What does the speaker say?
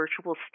virtual